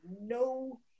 no